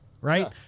Right